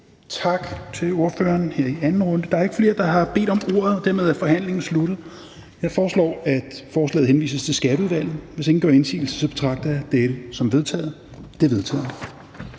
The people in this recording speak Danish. Tak til ordføreren her i anden runde. Der er ikke flere, der har bedt om ordet, og dermed er forhandlingen sluttet. Jeg foreslår, at forslaget henvises til Skatteudvalget. Hvis ingen gør indsigelse, betragter jeg dette som vedtaget. Det er vedtaget.